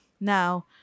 Now